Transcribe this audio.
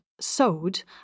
Sewed